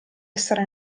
essere